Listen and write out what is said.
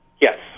Yes